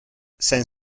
cinq